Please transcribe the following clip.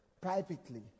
privately